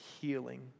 healing